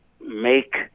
make